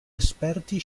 esperti